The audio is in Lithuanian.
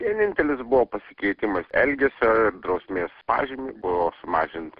vienintelis buvo pasikeitimas elgesio drausmės pažymį buvo sumažint